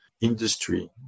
industry